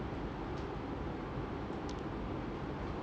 mmhmm mmhmm